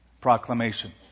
Proclamation